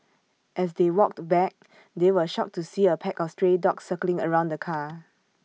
as they walked back they were shocked to see A pack of stray dogs circling around the car